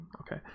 okay